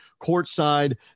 courtside